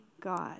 God